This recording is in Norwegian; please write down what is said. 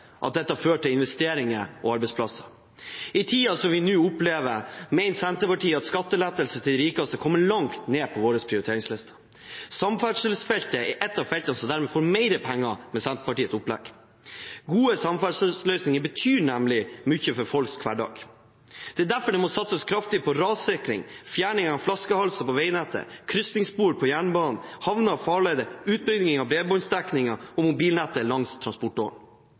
at dette fører til investeringer og arbeidsplasser. I den tiden vi nå opplever, mener Senterpartiet at skattelettelser til de rikeste kommer langt ned på prioriteringslisten. Samferdselsfeltet er ett av feltene som dermed får mer penger med Senterpartiets opplegg. Gode samferdselsløsninger betyr nemlig mye for folks hverdag. Det er derfor det må satses kraftig på rassikring, fjerning av flaskehalser på veinettet, krysningsspor på jernbanen, havner og farleder og utbygging av bredbåndsdekningen og mobilnettet langs